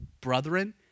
brethren